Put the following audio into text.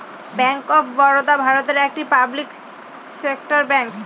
bank of Baroda ভারতের একটি public sector bank